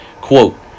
quote